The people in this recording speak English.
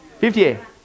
58